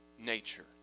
nature